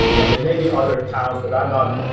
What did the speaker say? and they're maybe other towns, but i'm not.